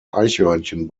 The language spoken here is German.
eichhörnchen